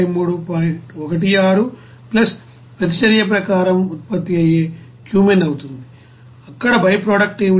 16 ప్రతిచర్య ప్రకారం ఉత్పత్తి అయ్యే క్యూమెన్ అవుతుంది అక్కడ బైప్రొడక్టు ఏమిటి